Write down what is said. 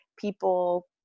people